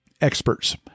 experts